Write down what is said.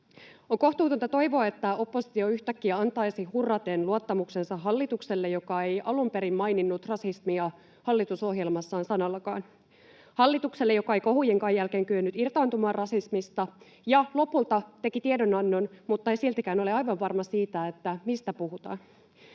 On kohtuutonta toivoa, että oppositio yhtäkkiä antaisi hurraten luottamuksensa hallitukselle, joka ei alun perin maininnut rasismia hallitusohjelmassaan sanallakaan, hallitukselle, joka ei kohujenkaan jälkeen kyennyt irtaantumaan rasismista ja joka lopulta teki tiedonannon mutta ei siltikään ole aivan varma siitä, mistä puhutaan.